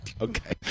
Okay